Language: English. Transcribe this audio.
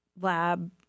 lab